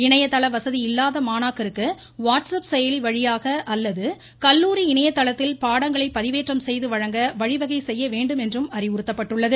இணையதள வசதி இல்லாத மாணாக்கருக்கு வாட்ஸ்அப் செயலி வழியாக அல்லது கல்லூரி இணையதளத்தில் பாடங்களை பதிவேற்றம் செய்து வழங்க வழிவகை செய்ய வேண்டும் என்றும் அறிவுறுத்தப்பட்டுள்ளது